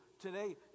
Today